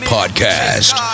Podcast